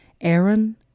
Aaron